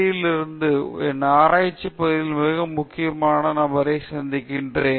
யிலிருந்து என் ஆராய்ச்சிப் பகுதியிலுள்ள மிக முக்கியமான நபரை சந்தித்தேன்